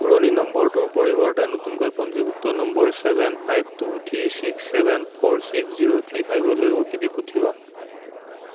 পুৰণি নম্বৰটোৰ পৰিৱৰ্তে নতুনকৈ পঞ্জীয়নভুক্ত number seven five two three six seven four six zero three ফাইভলৈ অ' টি পি পঠিয়াওক